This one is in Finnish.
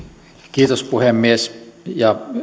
kiitos puhemies ja